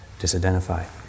disidentify